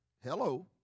Hello